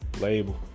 Label